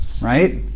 right